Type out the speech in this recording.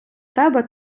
тебе